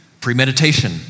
Premeditation